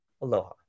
Aloha